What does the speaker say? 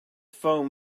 foam